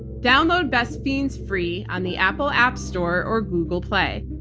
download best fiends free on the apple app store or google play.